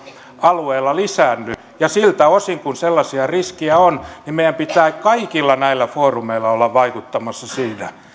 alueella lisäänny ja siltä osin kuin sellaisia riskejä on meidän pitää kaikilla näillä foorumeilla olla vaikuttamassa siinä